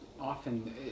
often